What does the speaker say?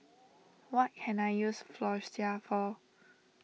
what can I use Floxia for